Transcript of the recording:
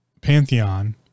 Pantheon